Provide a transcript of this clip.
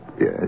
Yes